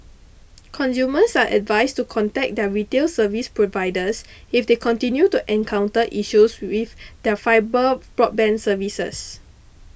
consumers are advised to contact their retail service providers if they continue to encounter issues with their fibre broadband services